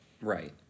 Right